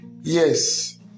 yes